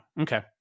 okay